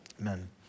Amen